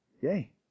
Yay